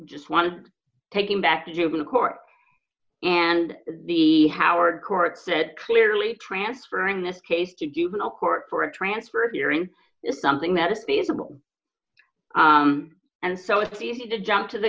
just want to take him back to juvenile court and the howard court said clearly transferring this case to given a court for a transfer hearing is something that they support and so it's easy to jump to the